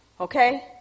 Okay